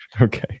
Okay